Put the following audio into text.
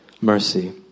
mercy